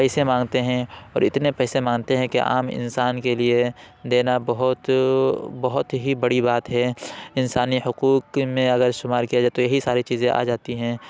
پیسے مانگتے ہیں اور اتنے پیسے مانگتے ہیں کہ عام انسان کے لیے دینا بہت بہت ہی بڑی بات ہے انسانی حقوق میں اگر شمار کیا جائے تو یہی ساری چیزیں آ جاتی ہیں